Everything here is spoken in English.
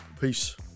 Peace